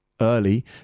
Early